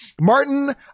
Martin